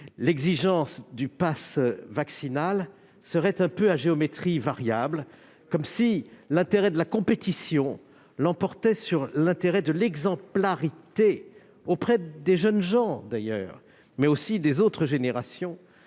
l'exigence du passe vaccinal serait à géométrie variable. Comme si l'intérêt de la compétition l'emportait sur l'intérêt de l'exemplarité, auprès des jeunes et moins jeunes générations,